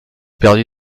perdue